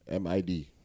MID